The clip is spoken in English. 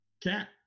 Cat